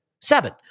seven